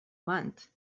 month